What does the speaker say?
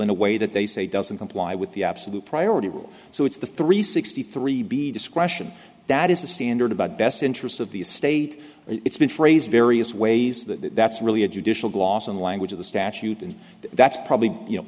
in a way that they say doesn't comply with the absolute priority so it's the three sixty three b discretion that is the standard about best interests of the state it's been phrased various ways that that's really a judicial gloss on the language of the statute and that's probably you know